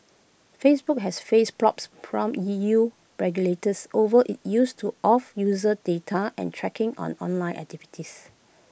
Facebook has faced probes from E U regulators over its use of user data and tracking on online activities